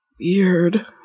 weird